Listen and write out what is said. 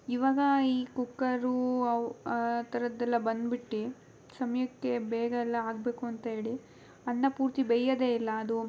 ಇವಾಗ ಈ ಕುಕ್ಕರು ಅವು ಆ ಥರದ್ದೆಲ್ಲ ಬಂದ್ಬಿಟ್ಟು ಸಮಯಕ್ಕೆ ಬೇಗ ಎಲ್ಲ ಆಗಬೇಕು ಅಂತ ಹೇಳಿ ಅನ್ನ ಪೂರ್ತಿ ಬೇಯೋದೆ ಇಲ್ಲ ಅದು